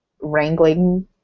wrangling